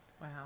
Wow